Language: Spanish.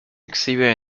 exhibe